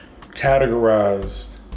categorized